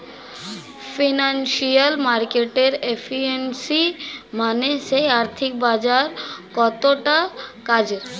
financial মার্কেটের efficiency মানে সেই আর্থিক বাজার কতটা কাজের